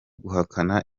guhakana